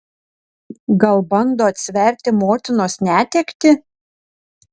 gal bando atsverti motinos netektį